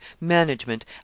management